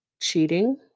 cheating